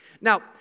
Now